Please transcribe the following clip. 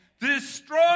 destroy